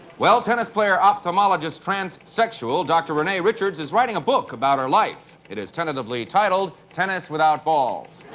well, tennis player ophthalmologist transsexual dr. renee richards is writing a book about her life. it is tentatively titled, tennis without balls.